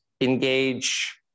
engage